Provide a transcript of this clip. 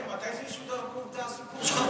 מתי זה ישודר ב"עובדה", הסיפור שלך?